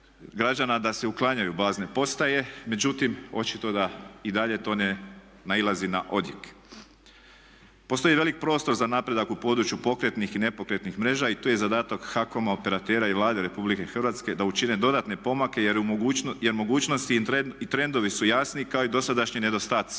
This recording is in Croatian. građana da se uklanjaju bazne postaje, međutim, očito da i dalje to ne nailazi na odjek. Postoji veliki prostor za napredak u području pokretnih i nepokretnih mreža i tu je zadatak HAKOM-a, operatera i Vlade Republike Hrvatske da učine dodatne pomake jer mogućnosti i trendovi su jasni kao i dosadašnji nedostaci.